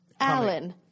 Alan